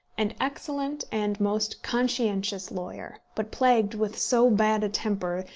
an excellent and most conscientious lawyer, but plagued with so bad a temper,